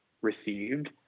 received